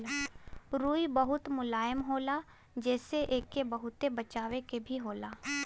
रुई बहुत मुलायम होला जेसे एके बहुते बचावे के भी होला